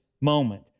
moment